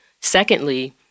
Secondly